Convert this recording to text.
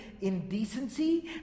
indecency